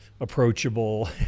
approachable